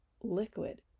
liquid